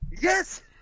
Yes